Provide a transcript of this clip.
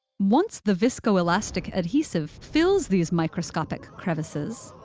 once the viscoelastic adhesive fills these microscopic crevices,